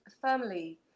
firmly